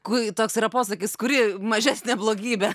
kui toks yra posakis kuri mažesnė blogybė